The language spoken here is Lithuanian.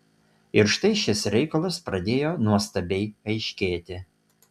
ir štai šis reikalas pradėjo nuostabiai aiškėti